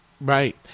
Right